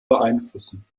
beeinflussen